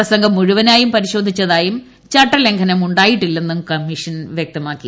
പ്രസംഗം മുഴുവനായും പരിശോധിച്ചതായും ചട്ടലംഘനം ഉ ായിട്ടില്ലെന്നും കമ്മീഷൻ വ്യക്തമാക്കി